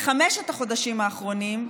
בחמשת החודשים האחרונים,